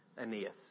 Aeneas